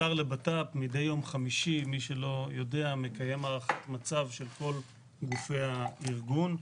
השר לבט"פ מדי יום חמישי מקיים הערכת מצב של כל גופי הארגון,